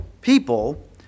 people